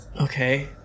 Okay